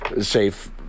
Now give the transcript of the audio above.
safe